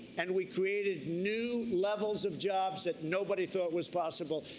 and we created new levels of jobs that nobody thought was possible.